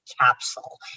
capsule